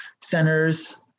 centers